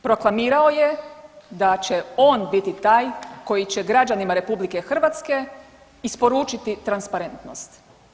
Proklamirao je da će on biti taj koji će građanima RH isporučiti transparentnost.